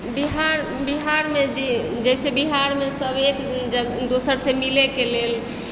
बिहार बिहारमे जे जैसे बिहारमे सब एक दोसरासँ मिलै कए लेल